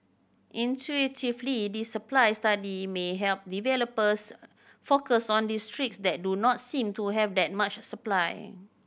intuitively this supply study may help developers focus on districts that do not seem to have that much supply